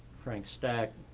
frank stack.